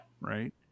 Right